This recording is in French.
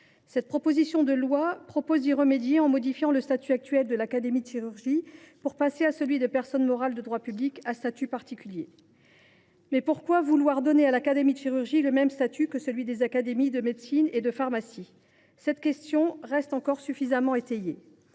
Cette proposition de loi tend à y remédier en modifiant le statut actuel de l’Académie nationale de chirurgie pour passer à celui de personne morale de droit public à statut particulier. Pourquoi vouloir donner à l’Académie nationale de chirurgie le même statut que celui des académies nationales de médecine et de pharmacie ? Cette question reste encore insuffisamment étayée.